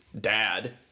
dad